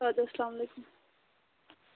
اَدٕ حظ اسلامُ علیکُم